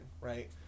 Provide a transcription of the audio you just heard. right